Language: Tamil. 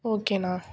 ஓகேண்ணா